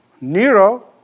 Nero